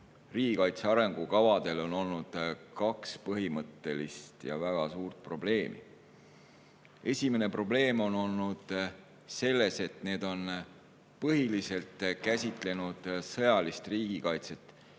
riigikaitse arengukavadel on olnud kaks põhimõttelist ja väga suurt probleemi. Esimene probleem on olnud selles, et need on põhiliselt käsitlenud sõjalist riigikaitset